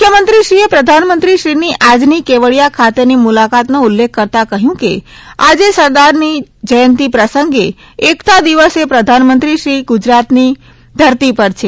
મુખ્યમંત્રીશ્રીએ પ્રધાનમંત્રીશ્રીને આજની કેવડિયા ખાતેની મુલાકાતમાં મુલાકાતનો ઉલ્લેખ કરતા કહ્યુ કે આજે સરદારની જ્યંતી પ્રસંગે એકતા દિવસે પ્રધાનમંત્રીશ્રી ગુજરાતની ધરતી પર છે